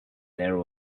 there